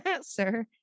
sir